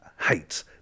hate